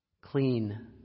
clean